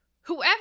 whoever